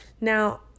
Now